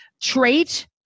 trait